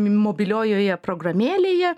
mobiliojoje programėlėje